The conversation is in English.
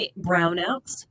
brownouts